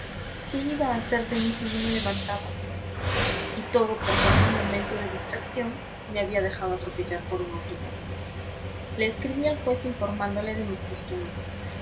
si no me levantaba y todo porque en un momento de distracción me había dejado atropellar por un automóvil le escribí al juez informándole de mis costumbres